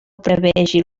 prevegi